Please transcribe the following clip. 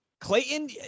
Clayton